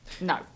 No